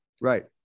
Right